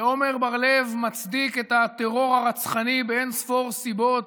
שעמר בר לב מצדיק את הטרור הרצחני באין-ספור סיבות